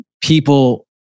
people